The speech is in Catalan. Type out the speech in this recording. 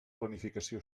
planificació